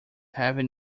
having